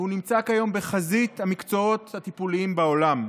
והוא נמצא כיום בחזית המקצועות הטיפוליים בעולם.